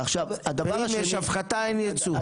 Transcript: ואם יש הפחתה אין ייצוא.